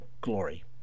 glory